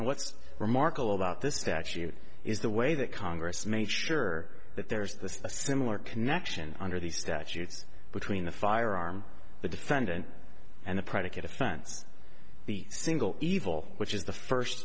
and what's remarkable about this statute is the way that congress made sure that there is this a similar connection under the statutes between the firearm the defendant and the predicate offense the single evil which is the first